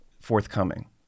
forthcoming